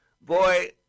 boy